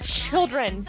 children